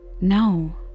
No